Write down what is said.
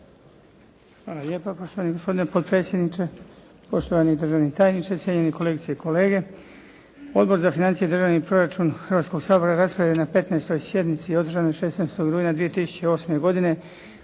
Hvala lijepa poštovani gospodine potpredsjedniče, poštovani državni tajniče, cijenjeni kolegice i kolege. Odbor za financije i državni proračun Hrvatskoga sabora raspravio je na 15. sjednici održanoj 16. rujna 2008. godine